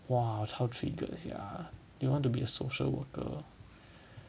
!wah! 超 triggered sia do you want to be a social worker